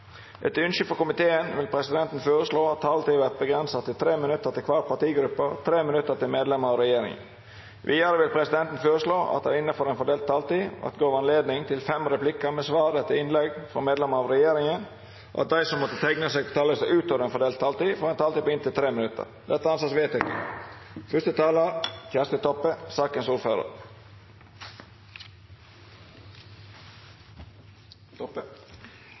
Etter ønske frå helse- og omsorgskomiteen vil presidenten føreslå at taletida vert avgrensa til 3 minutt til kvar partigruppe og 3 minutt til medlemer av regjeringa. Vidare vil presidenten føreslå at det – innanfor den fordelte taletida – vert gjeve anledning til fem replikkar med svar etter innlegg frå medlemer av regjeringa, og at dei som måtte teikna seg på talarlista utover den fordelte taletida, får ei taletid på inntil 3 minutt. – Det er vedteke. Representantar frå Arbeidarpartiet har i dette